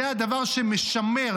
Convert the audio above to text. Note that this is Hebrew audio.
זה הדבר שמשמר,